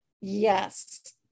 Yes